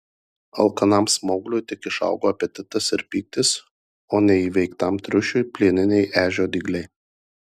alkanam smaugliui tik išaugo apetitas ir pyktis o neįveiktam triušiui plieniniai ežio dygliai